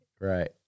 right